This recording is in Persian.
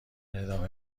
ادامه